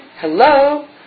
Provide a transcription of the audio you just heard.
hello